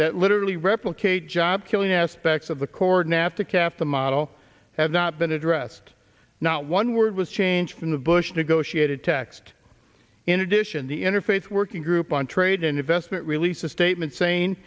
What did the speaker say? that literally replicate job killing aspects of the core nafta cap the model have not been addressed not one word was changed in the bush negotiated text in addition the interface working group on trade and investment released a statement sa